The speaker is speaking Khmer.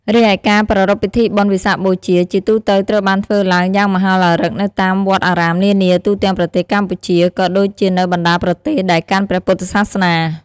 រីឯការប្រារព្ធពិធីបុណ្យវិសាខបូជា ជាទូទៅត្រូវបានធ្វើឡើងយ៉ាងមហោឡារឹកនៅតាមវត្តអារាមនានាទូទាំងប្រទេសកម្ពុជា ក៏ដូចជានៅបណ្ដាប្រទេសដែលកាន់ព្រះពុទ្ធសាសនា។